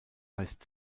weist